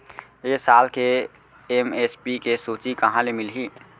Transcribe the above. ए साल के एम.एस.पी के सूची कहाँ ले मिलही?